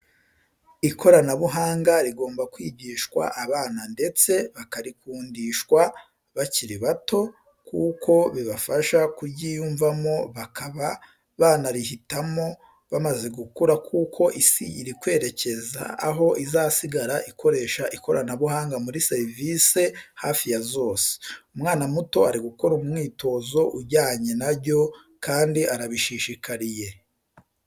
Ikoranabuhanga rigomba kwigishwa abana ndetse bakarikundishwa bakiri bato kuko bibafasha kuryiyumvamo bakaba banarihitamo bamaze gukura kuko isi iri kwerekeza aho izasigara ikoresha ikoranabuhanga muri serivise hafi ya zose. Umwana muto ari gukora umwitozo ujyanye na ryo kandi arabishishikariye.